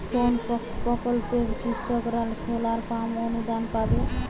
কোন প্রকল্পে কৃষকরা সোলার পাম্প অনুদান পাবে?